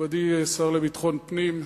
מכובדי השר לביטחון פנים,